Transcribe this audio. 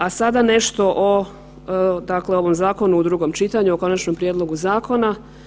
A sada nešto o, dakle ovom zakonu u drugom čitanju, o Konačnom prijedlogu zakona.